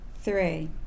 Three